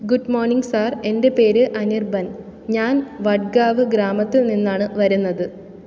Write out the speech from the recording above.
good morning sir എൻ്റെ പേര് അനിർബൻ ഞാൻ വഡ്ഗാവ് ഗ്രാമത്തിൽ നിന്നാണ് വരുന്നത്